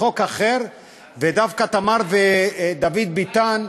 ודווקא תמר ודוד ביטן,